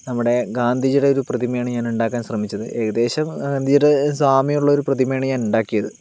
നമ്മുടെ ഗാന്ധിജിയുടെ ഒരു പ്രതിമയാണ് ഞാൻ ഉണ്ടാക്കാൻ ശ്രമിച്ചത് ഏകദേശം ഗാന്ധിജിയുടെ സാമ്യമുള്ള ഒരു പ്രതിമയാണ് ഞാൻ ഉണ്ടാക്കിയത്